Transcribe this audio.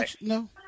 no